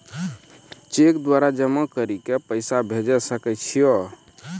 Cheque द्वारा जमा करि के पैसा भेजै सकय छियै?